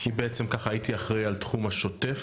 אני בעצם הייתי אחראי על תחום השוטף,